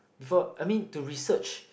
before I mean to research